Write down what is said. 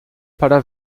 para